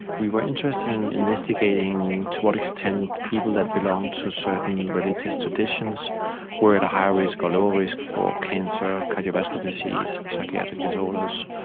we were interested in investigating to what extent people that belonged to certain religious traditions were at a higher risk or lower risk for cancer, cardiovascular disease, psychiatric disorders,